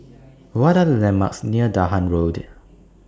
What Are The landmarks near Dahan Road